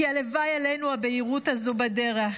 כי הלוואי עלינו הבהירות הזו בדרך.